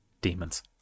demons